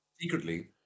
Secretly